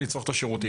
לצרוך את השירותים.